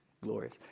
glorious